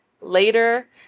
later